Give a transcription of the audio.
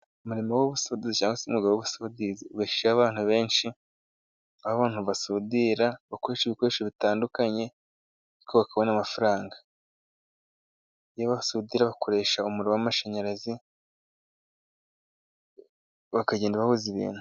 Umurimo w'ubusudizi cyangwa se umwuga w'ubusudizi ubeshejeho abantu benshi, aho abantu benshi basudira bakoresha ibikoresho bitandukanye, ariko bakabona amafaranga. Iyo basudira bakoresha umuriro w'amashsnyarazi, bakagenda bahuza ibintu.